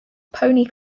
pony